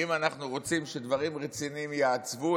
ואם אנחנו רוצים שדברים רציניים יעוצבו,